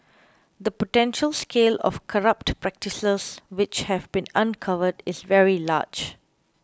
the potential scale of corrupt practices which have been uncovered is very large